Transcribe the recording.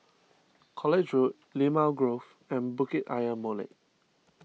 College Road Limau Grove and Bukit Ayer Molek